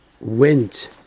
went